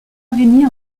araignée